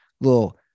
little